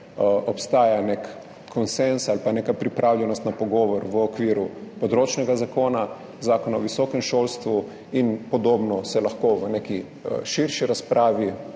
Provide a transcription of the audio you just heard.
obstaja nek konsenz ali pa neka pripravljenost na pogovor v okviru področnega zakona, Zakona o visokem šolstvu. Podobno se lahko spet opravi v neki širši razpravi